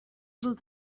able